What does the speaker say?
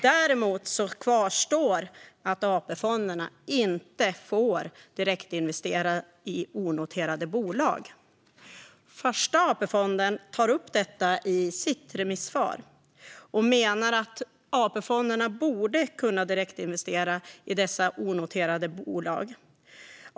Däremot kvarstår att AP-fonderna inte får direktinvestera i onoterade bolag. Första AP-fonden tar upp detta i sitt remissvar och menar att AP-fonderna borde kunna direktinvestera i dessa onoterade bolag.